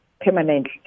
permanent